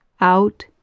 out